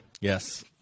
Yes